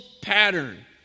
pattern